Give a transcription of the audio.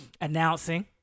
announcing